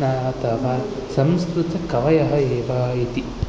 ना अथवा संस्कृतकवयः एव इति